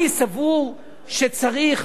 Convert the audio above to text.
אני סבור שצריך,